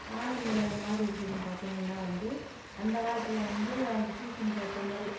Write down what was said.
காலநிலை மாறி இருக்குதுன்னு பார்த்திங்கள்னா வந்து அந்த காலத்தில் வந்து அந்த சீசனுக்கு ஏற்ற மாதிரி